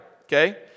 okay